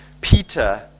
Peter